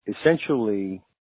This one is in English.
essentially